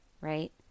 right